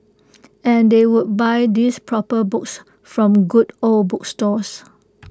and they would buy these proper books from good old bookstores